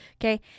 Okay